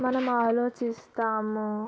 మనం ఆలోచిస్తాము